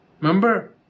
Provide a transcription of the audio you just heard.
Remember